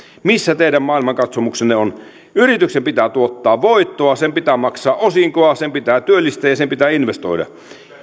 missä teidän maailmankatsomuksenne on yrityksen pitää tuottaa voittoa sen pitää maksaa osinkoa sen pitää työllistää ja sen pitää investoida